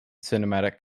cinematic